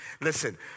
Listen